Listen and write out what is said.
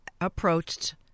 approached